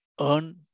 earn